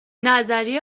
نظریه